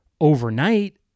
overnight